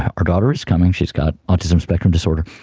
our daughter is coming, she's got autism spectrum disorder,